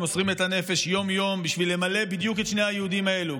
שמוסרים את הנפש יום-יום בשביל למלא בדיוק את שני הייעודים האלה,